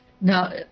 Now